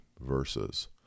verses